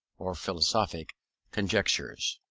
or philosophic conjectures.